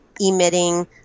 emitting